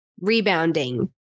rebounding